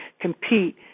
compete